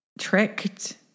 tricked